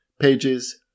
pages